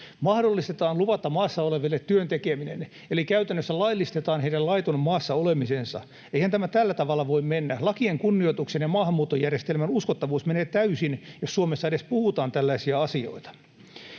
Mahdollistetaan luvatta maassa oleville työn tekeminen eli käytännössä laillistetaan heidän laiton maassa olemisensa. Eihän tämä tällä tavalla voi mennä. Lakien kunnioituksen ja maahanmuuttojärjestelmän uskottavuus menee täysin, jos Suomessa edes puhutaan tällaisia asioita.